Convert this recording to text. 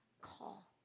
call